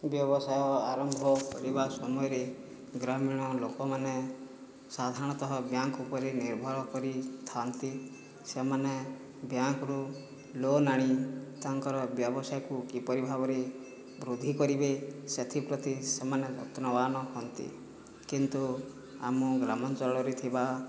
ବ୍ୟବସାୟ ଆରମ୍ଭ କରିବା ସମୟରେ ଗ୍ରାମୀଣ ଲୋକମାନେ ସାଧାରଣତଃ ବ୍ୟାଙ୍କ ଉପରେ ନିର୍ଭର କରିଥାନ୍ତି ସେମାନେ ବ୍ୟାଙ୍କରୁ ଲୋନ୍ ଆଣି ତାଙ୍କର ବ୍ୟବସାୟକୁ କିପରି ଭାବରେ ବୃଦ୍ଧି କରିବେ ସେଥିପ୍ରତି ସେମାନେ ଯତ୍ନବାନ ହଅନ୍ତି କିନ୍ତୁ ଆମ ଗ୍ରାମାଞ୍ଚଳରେ ଥିବା